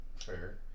fair